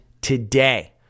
today